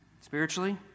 spiritually